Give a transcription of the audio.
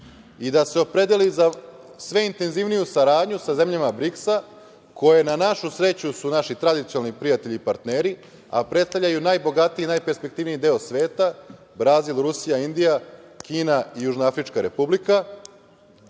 i da se opredeli za sve intenzivniju saradnju sa zemljama BRIKS-a koje su na našu sreću naši tradicionalni prijatelji i partneri, a predstavljaju najbogatiji i najperspektivnij deo sveta, Brazil, Rusija, Indija, Kina i Južnoafrička Republika,